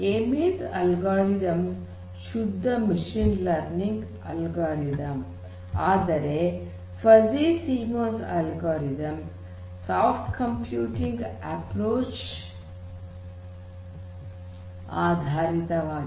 K means algorithms ಶುದ್ಧ machine learning ಆದರೆ fuzzy C means algorithms soft computing approach ಆಧಾರಿತವಾಗಿದೆ